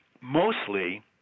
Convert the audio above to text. Mostly